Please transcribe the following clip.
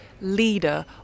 leader